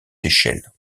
seychelles